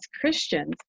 Christians